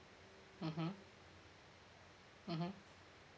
mmhmm mmhmm